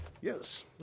Yes